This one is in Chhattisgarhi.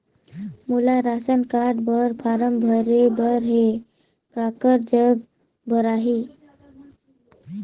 मोला राशन कारड बर फारम भरे बर हे काकर जग भराही?